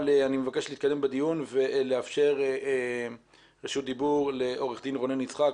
אבל אני מבקש להתקדם בדיון ולאפשר רשות דיבור לעורך דין רונן יצחק,